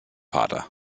vater